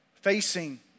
Facing